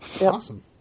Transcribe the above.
Awesome